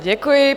Děkuji.